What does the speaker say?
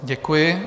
Děkuji.